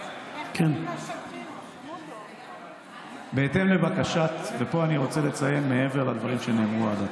אני רוצה לציין, מעבר לדברים שנאמרו עד עתה,